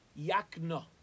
Yakna